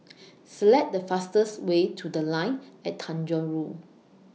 Select The fastest Way to The Line At Tanjong Rhu